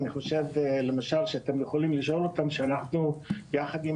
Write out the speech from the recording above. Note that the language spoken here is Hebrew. אני חושב שאתם יכולים לשאול אותם שאנחנו יחד עם